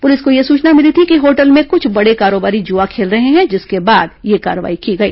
प्रलिस को यह सूचना मिली थी कि होटल में कुछ बड़े कारोबारी जुआ खेल रहे हैं जिसके बाद यह कार्रवाई की गई